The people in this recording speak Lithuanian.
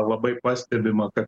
labai pastebima kad